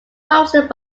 hosted